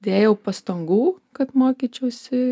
dėjau pastangų kad mokyčiausi